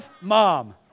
Mom